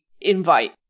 invite